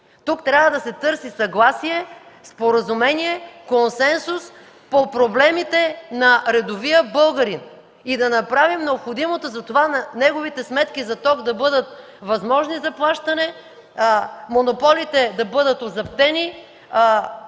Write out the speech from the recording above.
Тук трябва да се търси съгласие, споразумение, консенсус по проблемите на редовия българин и да направим необходимото за това неговите сметки за ток да бъдат възможни за плащане, монополите да бъдат озаптени,